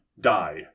die